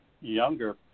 younger